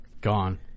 Gone